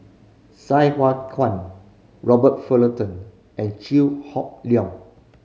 Sai Hua Kuan Robert Fullerton and Chew Hock Leong